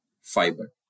fiber